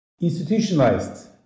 institutionalized